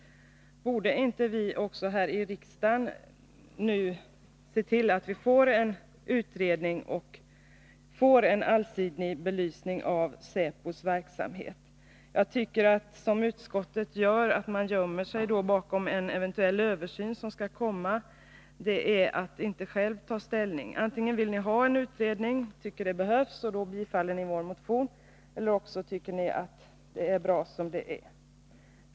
Borde inte också vi här i riksdagen se till att vi nu får en utredning och en allsidig belysning av säpos verksamhet? När utskottet nu hänvisar till en eventuell översyn innebär det att utskottets ledamöter inte själva tar ställning. Antingen vill ni ha en utredning, och då bifaller ni vår motion. Eller också tycker ni att det är bra som det är.